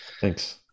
Thanks